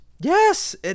Yes